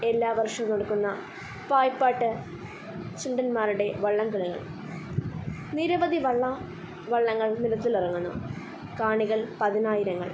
എല്ലാ വർഷവും നടക്കുന്ന പായിപ്പാട്ട് ചുണ്ടൻമാരുടെ വള്ളം കളികൾ നിരവധി വള്ളം വള്ളങ്ങൾ നിരത്തിലിറങ്ങുന്നു കാണികൾ പതിനായിരങ്ങൾ